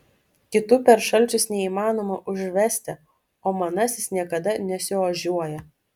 kitų per šalčius neįmanoma užvesti o manasis niekada nesiožiuoja